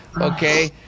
okay